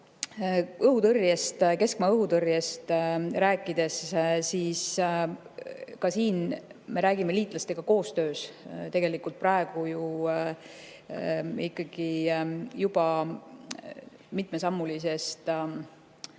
Õhutõrjest, keskmaa õhutõrjest rääkides, ka siin me räägime liitlastega koostöös tegelikult praegu ju ikkagi juba mitmesammulisest